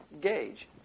gauge